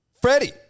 Freddie